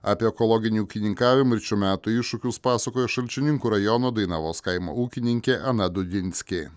apie ekologinį ūkininkavimą ir šių metų iššūkius pasakoja šalčininkų rajono dainavos kaimo ūkininkė ana dūdinskė